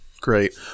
great